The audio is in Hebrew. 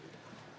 אדוני.